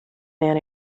man